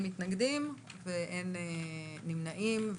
אין מתנגדים ואין נמנעים.